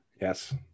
Yes